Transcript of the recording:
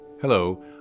Hello